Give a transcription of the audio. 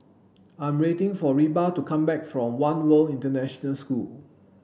I'm waiting for Reba to come back from One World International School